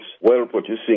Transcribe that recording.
well-producing